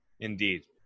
Indeed